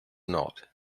not